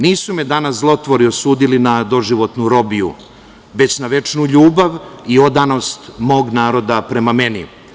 Nisu me danas zlotvori osudili na doživotnu robiju, već na večnu ljubav i odanost mog naroda prema meni.